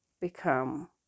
become